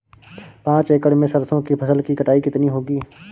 पांच एकड़ में सरसों की फसल की कटाई कितनी होगी?